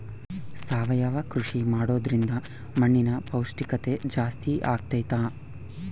ಸಾವಯವ ಕೃಷಿ ಮಾಡೋದ್ರಿಂದ ಮಣ್ಣಿನ ಪೌಷ್ಠಿಕತೆ ಜಾಸ್ತಿ ಆಗ್ತೈತಾ?